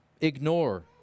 ignore